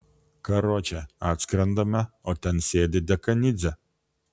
karoče atskrendame o ten sėdi dekanidzė